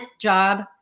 job